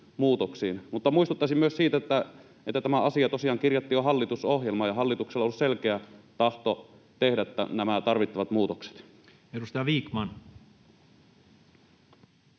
Muistuttaisin myös siitä, että tämä asia tosiaan on kirjattu jo hallitusohjelmaan ja hallituksella on ollut selkeä tahto tehdä nämä tarvittavat muutokset. [Speech